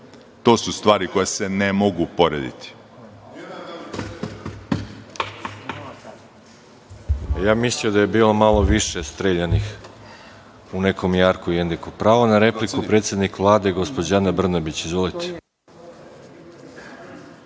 To su stvari koje se ne mogu porediti.